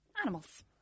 animals